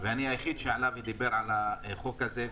ואני היחיד שעלה ודיבר על החוק הזה.